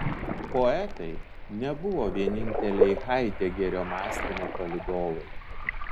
poetai nebuvo vieninteliai haidegerio mąstymo palydovai